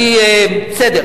בסדר.